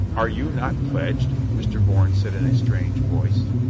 are you not pledged? mr. bourne said in a strange voice.